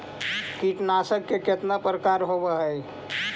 कीटनाशक के कितना प्रकार होव हइ?